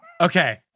Okay